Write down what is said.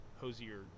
hosier